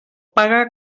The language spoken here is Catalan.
paga